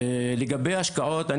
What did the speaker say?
לגבי ההשקעות,